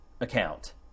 account